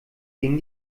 ging